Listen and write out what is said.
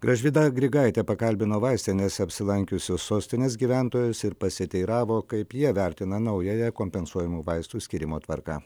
gražvyda grigaitė pakalbino vaistinėse apsilankiusius sostinės gyventojus ir pasiteiravo kaip jie vertina naująją kompensuojamų vaistų skyrimo tvarką